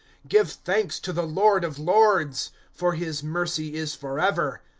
give thanks to the lord of lords for his mercy is forever.